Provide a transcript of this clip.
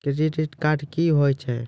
Credit card क्या हैं?